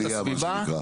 נגד.